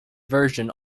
version